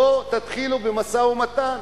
בואו תתחילו במשא-ומתן.